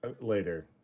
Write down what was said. later